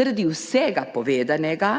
Zaradi vsega povedanega